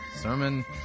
sermon